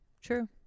True